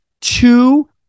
two